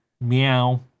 Meow